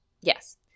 Yes